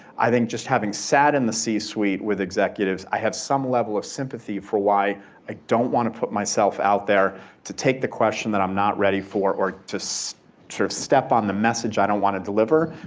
i think just having sat in the c-suite with executives, i have some level of sympathy for why i don't want to put myself out there to take the question that i'm not ready for, or to so sort of step on the message i don't want to deliver.